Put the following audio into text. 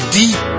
deep